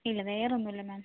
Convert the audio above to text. ഇല്ല വേറെയൊന്നുമില്ല മാം